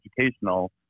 educational